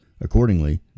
Accordingly